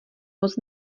moc